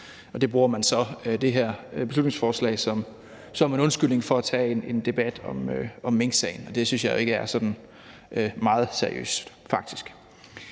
Der bruger man så det her beslutningsforslag som en undskyldning for at tage en debat om minksagen, og det synes jeg jo faktisk ikke er sådan meget seriøst.